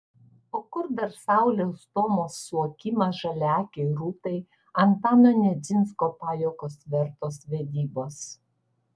o kur dar sauliaus stomos suokimas žaliaakei rūtai antano nedzinsko pajuokos vertos vedybos